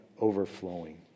overflowing